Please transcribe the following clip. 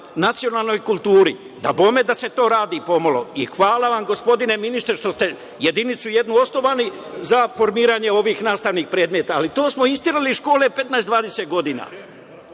nacionalnoj kulturi. Dabome da se to radi pomalo i hvala vam, gospodine ministre, što ste jedinicu jednu osnovali za formiranje ovih nastavnih predmeta, ali to smo isterali iz škole 15, 20 godina,